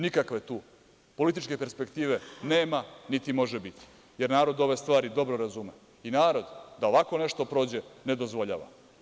Nikakve tu političke perspektive nema, niti je može biti, jer narod ove stvari dobro razume i narod da ovako nešto prođe ne dozvoljava.